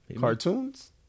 Cartoons